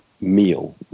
meal